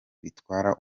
bitwara